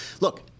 look